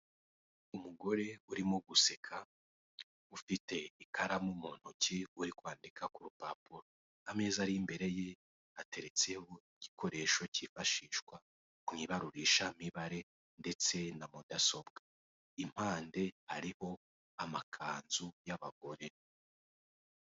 Umugore urimo guseka ufite ikaramu mu ntoki uri kwandika ku rupapuro, ameza ari imbere ye ateretseho igikoresho cyifashishwa mu ibarurishamibare ndetse na mudasobwa, impande hari amakanzu y'abagore.